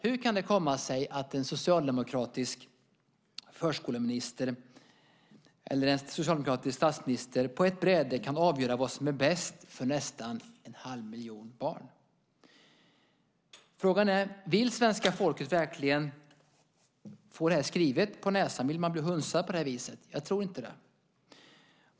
Hur kan det komma sig att en socialdemokratisk förskoleminister eller socialdemokratisk statsminister på ett bräde kan avgöra vad som är bäst för nästan en halv miljon barn? Frågan är: Vill svenska folket verkligen få det här skrivet på näsan? Vill man bli hunsad på det här viset? Jag tror inte det.